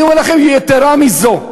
אני אומר לכם יתרה מזו,